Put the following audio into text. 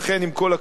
עם כל הכבוד,